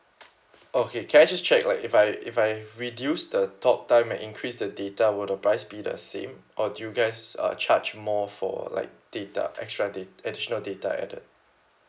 okay can I just check like if I if I reduce the talk time and increase the data will the price be the same or do you guys uh charge more for like data extra da~ additional data added